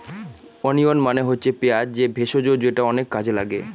onion মানে হচ্ছে পেঁয়াজ যে ভেষজ যেটা অনেক কাজে লাগে